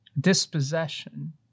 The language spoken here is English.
dispossession